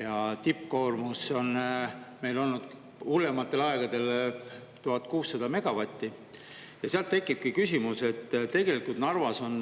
ja tippkoormus on meil olnud hullematel aegadel 1600 megavatti. Sealt tekibki küsimus. Tegelikult Narvas on